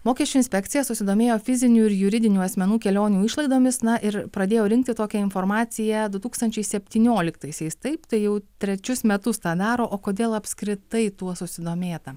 mokesčių inspekcija susidomėjo fizinių ir juridinių asmenų kelionių išlaidomis na ir pradėjo rinkti tokią informaciją du tūkstančiai septynioliktaisiais taip tai jau trečius metus tą daro o kodėl apskritai tuo susidomėta